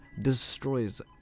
destroys